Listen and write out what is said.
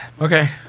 Okay